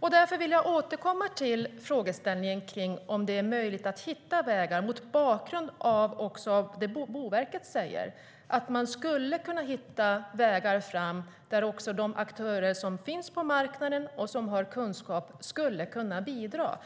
Därför vill jag återkomma till frågeställningen om det är möjligt att hitta vägar, också mot bakgrund av det Boverket säger: att man skulle kunna hitta vägar fram där också de aktörer som finns på marknaden och som har kunskap skulle kunna bidra.